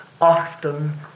often